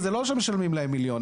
וזה לא שמשלמים להם מיליונים.